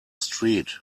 street